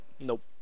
Nope